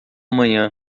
manhã